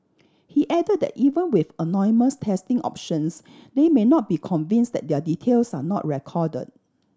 he added that even with anonymous testing options they may not be convinced that their details are not recorded